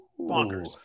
bonkers